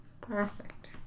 Perfect